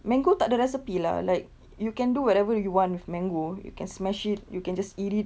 mango tak ada recipe lah like you can do whatever you want with mango you can smash it you can just eat it